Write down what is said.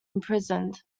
imprisoned